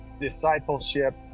discipleship